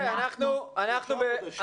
רם שפע (יו"ר ועדת החינוך,